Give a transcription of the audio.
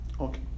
Okay